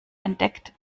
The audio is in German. entdeckt